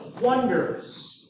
wonders